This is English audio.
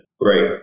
great